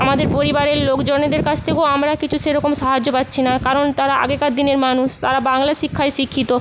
আমাদের পরিবারের লোকজনেদের কাছ থেকেও আমরা কিছু সেরকম সাহায্য পাচ্ছি না কারণ তারা আগেকার দিনের মানুষ তারা বাংলা শিক্ষায় শিক্ষিত